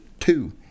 two